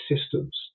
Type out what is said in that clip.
systems